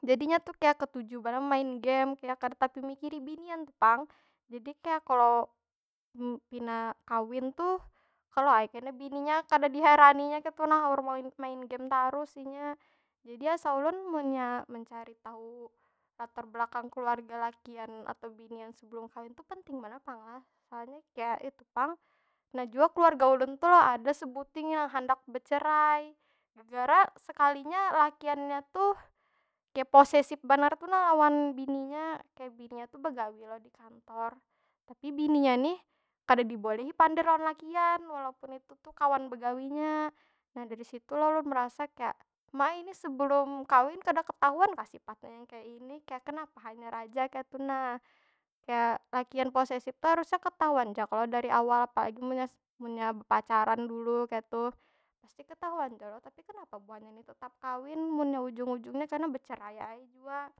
Jadi inya tu kaya ketuju banar main game, kaya kada tapi mikiri binian tu pang. Jadi kaya, kalo pina kawin tuh, kalau ai kena bininya kada diheraninya kaytu nah. Haur main game tarus inya. Jadi asa ulun munnya mencari tahu latar belakang keluarga lakian atau binian sebelum kawin tu penting banar pang lah. Soalnya kaya itu pang. Nah jua keluarga ulun tu lo, ada sebuting yang handak becerai gegara sekalinya, lakiannya tu kek posesif banar tu nah lawan bininya. Kaya bininya tu begawi lo di kantor, tapi bininya nih kada dibolehi pander lawan lakian. Walaupun itu tu kawan begawinya. Nah dari situ lo ulun merasa kaya, ma ai ini sebelum kawin kada ketahuan kah sifatnya yang kaya ini? Kaya, kenapa hanyar aja kaytu nah. Kaya, lakian posesif tu harusnya ketahuan ja kalo dari awal, apalagi munnya, munnya bepacaran dulu kaytu. Pasti ketahuan ja lo, tapi kenapa buhannya ni tetap kawin? Munnya ujung- ujungnya kena becerai ai jua.